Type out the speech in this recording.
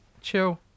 chill